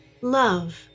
love